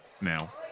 now